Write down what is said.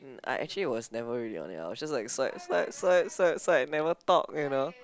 mm I actually was never really on it I will just like swipe swipe swipe swipe swipe and never talk you know